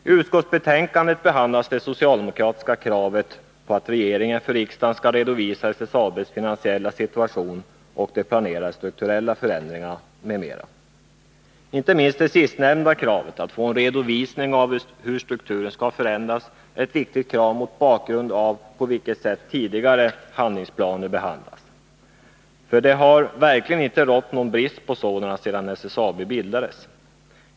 I utskottsbetänkandet behandlas det socialdemokratiska kravet på att regeringen för riksdagen skall redovisa SSAB:s finansiella situation, planerade strukturella förändringar, m.m. Inte minst det sistnämnda kravet — att få en redovisning av hur strukturen skall förändras — är ett viktigt krav mot bakgrund av på vilket sätt tidigare handlingsplaner behandlats. För det har verkligen inte rått någon brist på sådana sedan SSAB bildades.